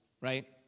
right